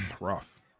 rough